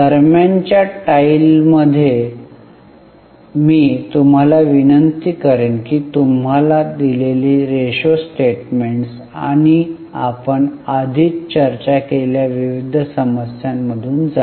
दरम्यानच्या टाइलमध्ये मी तुम्हाला विनंती करतो की तुम्हाला दिलेली रेशो स्टेटमेंट्स आणि आपण आधीच चर्चा केलेल्या विविध समस्यांमधून जा